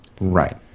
Right